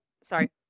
Sorry